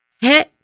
hey